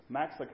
Max